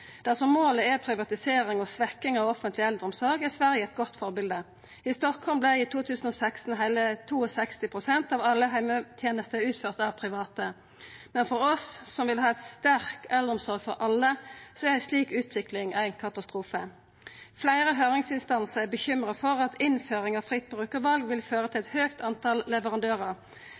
målet er privatisering og svekking av offentleg eldreomsorg, er Sverige et godt forbilde. I Stockholm vart i 2016 hele 62 pst. av alle heimetenester utførte av private, mens for oss som vil ha ei sterk eldreomsorg for alle, er ei slik utvikling ei katastrofe. Fleire høyringsinstansar er bekymra for at innføring av fritt brukarval vil føra til eit høgt antal leverandørar.